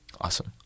Awesome